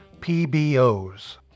PBOs